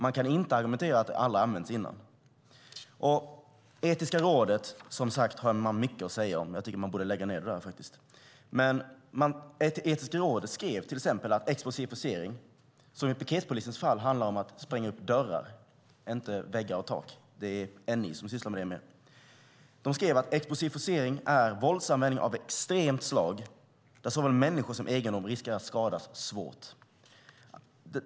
Man kan inte argumentera att det aldrig har använts innan. Det finns mycket att säga om Etiska rådet. Jag tycker att man borde lägga ned det. Etiska rådet skrev till exempel att explosiv forcering - som i piketpolisens fall handlar om att spränga upp dörrar och inte väggar och tak, det är NI som mer sysslar med det - är våldsanvändning av extremt slag där såväl människor som egendom riskerar att skadas svårt.